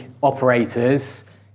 operators